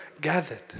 gathered